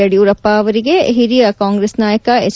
ಯಡಿಯೂರಪ್ಪ ಅವರಿಗೆ ಹಿರಿಯ ಕಾಂಗ್ರೆಸ್ ನಾಯಕ ಎಚ್